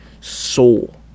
soul